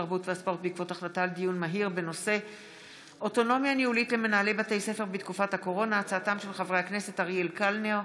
התרבות והספורט בעקבות דיון מהיר בהצעתם של חברי הכנסת אריאל קלנר,